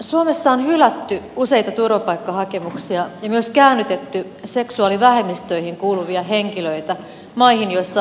suomessa on hylätty useita turvapaikkahakemuksia ja myös käännytetty seksuaalivähemmistöihin kuuluvia henkilöitä maihin joissa homoseksuaalisuus on kriminalisoitu